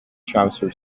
chaucer